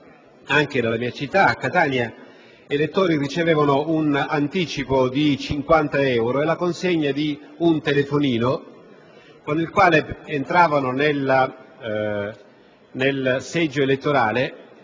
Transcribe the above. anche nella mia città, a Catania, casi in cui elettori ricevevano un anticipo di 50 euro e la consegna di un telefonino, con il quale entravano nella cabina elettorale